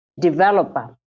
developer